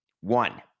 one